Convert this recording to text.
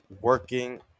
working